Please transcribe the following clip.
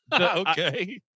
okay